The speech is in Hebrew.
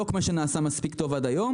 לא כפי שנעשה עד היום